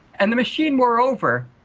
and the machine, moreover,